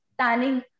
standing